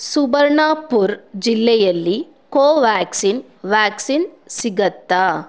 ಸುಬರ್ಣಪುರ್ ಜಿಲ್ಲೆಯಲ್ಲಿ ಕೋವ್ಯಾಕ್ಸಿನ್ ವ್ಯಾಕ್ಸಿನ್ ಸಿಗುತ್ತಾ